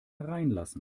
hereinlassen